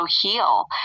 heal